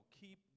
keep